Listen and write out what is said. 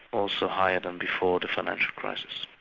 also higher than before the financial crisis